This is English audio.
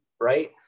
right